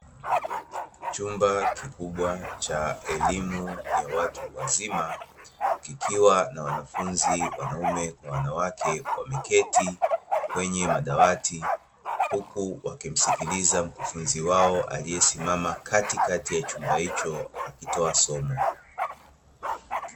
Chumba kikubwa cha elimu ya watu wazima kikiwa.na wanafunzi wakiume kwa wakike wameketi kwenye madawati huku wakimsikiliza mwalimu wao aliyesimama katikati ya chumba hiko